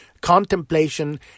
contemplation